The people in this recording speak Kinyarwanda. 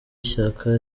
ishyaka